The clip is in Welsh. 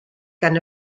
gan